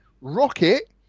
rocket